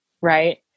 right